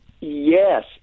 yes